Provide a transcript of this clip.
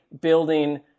building